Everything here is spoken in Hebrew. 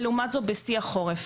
ולעומת זאת בשיא החורף.